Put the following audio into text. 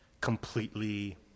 completely